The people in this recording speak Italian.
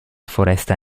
foresta